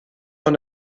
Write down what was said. dans